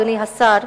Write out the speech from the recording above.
אדוני השר,